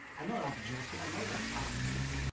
i know that i've addressed it, i know that i've apologized.